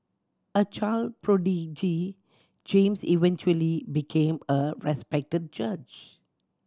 a child prodigy James eventually became a respected judge